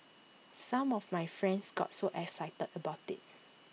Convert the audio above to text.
some of my friends got so excited about IT